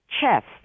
chest